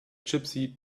gypsy